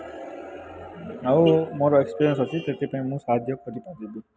ଆଉ ମୋର ଏକ୍ସପେରିଏନ୍ସ୍ ଅଛି ସେଥିପାଇଁ ମୁଁ ସାହାଯ୍ୟ କରି ପାରିବି